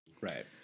Right